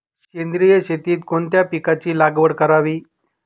सेंद्रिय शेतीत कोणत्या पिकाची लागवड करावी?